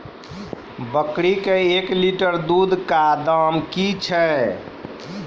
बकरी के एक लिटर दूध दाम कि छ?